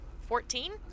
Fourteen